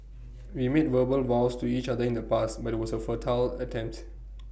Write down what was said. we made verbal vows to each other in the past but IT was A futile attempt